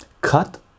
cut